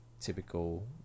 typical